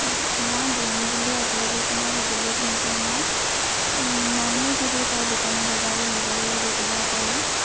মই ব্ৰেণ্ড বুলি আজিলেকে কোনো সঁজুলিয়ে কিনি পোৱা নাই নৰ্মেল যিবোৰ পায় দোকানে বজাৰে সেইবোৰে ব্যৱহাৰ কৰোঁ